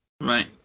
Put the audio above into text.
Right